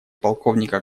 полковника